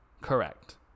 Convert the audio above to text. Correct